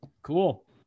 Cool